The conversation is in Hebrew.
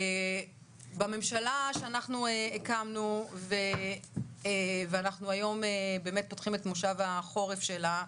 בממשלה שאנחנו הקמנו ואנחנו היום פותחים את מושב החורף שלה,